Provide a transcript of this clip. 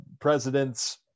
presidents